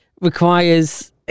requires